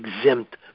exempt